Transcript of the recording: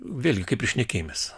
vėlgi kaip ir šnekėjomės